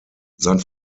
sein